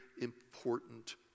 important